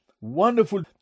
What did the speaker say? wonderful